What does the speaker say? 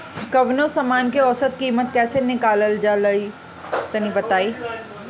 कवनो समान के औसत कीमत कैसे निकालल जा ला तनी बताई?